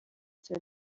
cya